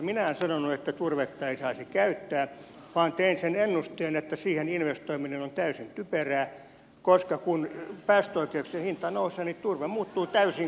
minä en sanonut että turvetta ei saisi käyttää vaan tein sen ennusteen että siihen investoiminen on täysin typerää koska kun päästöoikeuksien hinta nousee niin turve muuttuu täysin kannattamattomaksi